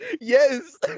Yes